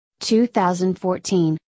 2014